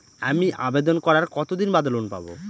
আমি আবেদন করার কতদিন বাদে লোন পাব?